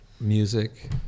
music